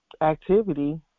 activity